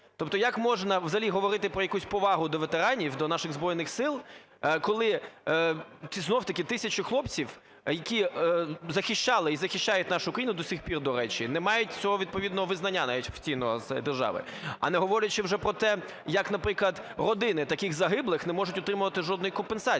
Тобто як можна взагалі говорити про якусь повагу до ветеранів, до наших Збройних Сил, коли ці, знову-таки, тисячі хлопців, які захищали і захищають нашу країну до сих пір, до речі, не мають цього відповідного визнання навіть офіційного з держави. А не говорячи вже про те, як наприклад, родини таких загиблих не можуть отримувати жодної компенсації,